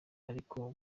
ariko